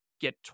Get